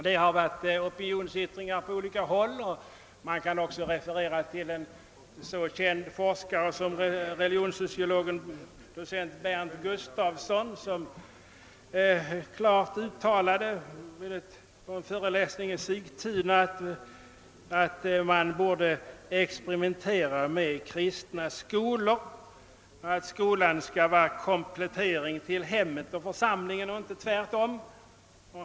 Det har förekommit opinionsyttringar på olika håll, och man kan även referera till en så känd forskare som religionssociologen docent Berndt Gustafsson, som vid en föreläsning i Sigtuna klart uttalade att man borde experimentera med kristna skolor, att skolan skall vara en komplet tering till hemmet och församlingen och inte tvärtom.